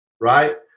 Right